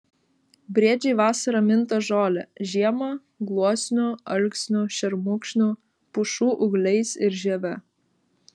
briedžiai vasarą minta žole žiemą gluosnių alksnių šermukšnių pušų ūgliais ir žieve